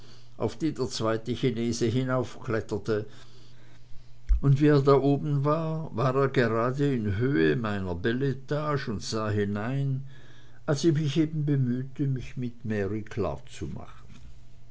auf die der zweite chinese hinaufkletterte und wie er da oben war war er gerade in höhe meiner beletage und sah hinein als ich mich eben bemühte mich mary